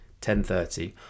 10.30